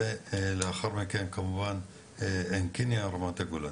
ולאחר מכן כמובן עין קנייא רמת הגולן.